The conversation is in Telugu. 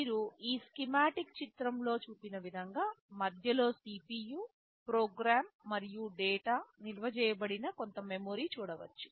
మీరు ఈ స్కీమాటిక్ చిత్రంలో చూపిన విధంగా మధ్యలో CPU ప్రోగ్రామ్ మరియు డేటా నిల్వ చేయబడిన కొంత మెమరీ చూడవచ్చు